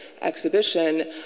exhibition